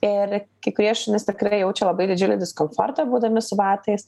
ir kai kurie šunys tikrai jaučia labai didžiulį diskomfortą būdami su batais